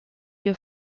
wir